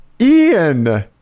Ian